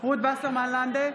רות וסרמן לנדה,